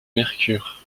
mercure